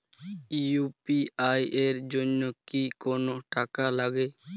UPI এর জন্য কি কোনো টাকা লাগে?